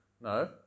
No